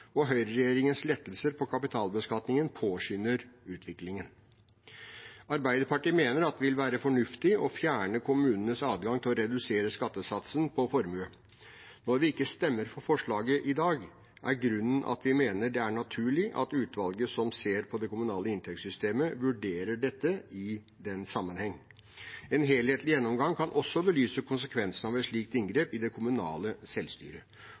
og høyreregjeringens lettelser på kapitalbeskatningen påskynder utviklingen. Arbeiderpartiet mener det vil være fornuftig å fjerne kommunenes adgang til å redusere skattesatsen på formue. Når vi ikke stemmer for forslaget i dag, er grunnen at vi mener det er naturlig at utvalget som ser på det kommunale inntektssystemet, vurderer det i den sammenheng. En helhetlig gjennomgang kan også belyse konsekvensene av et slikt inngrep i det kommunale selvstyret.